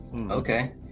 Okay